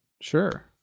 Sure